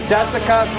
Jessica